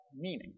meaning